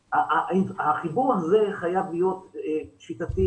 החיבור הזה חייב להיות שיטתי,